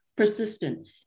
Persistent